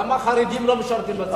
כמה חרדים לא משרתים בצה"ל?